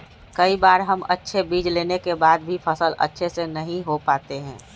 कई बार हम अच्छे बीज लेने के बाद भी फसल अच्छे से नहीं हो पाते हैं?